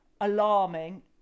alarming